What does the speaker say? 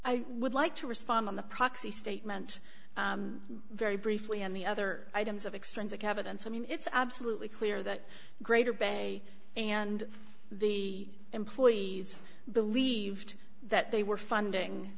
i would like to respond on the proxy statement very briefly on the other items of extrinsic evidence i mean it's absolutely clear that greater bay and the employees believed that they were funding